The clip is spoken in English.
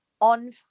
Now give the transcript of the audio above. on